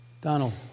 Donald